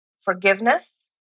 forgiveness